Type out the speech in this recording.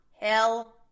Hell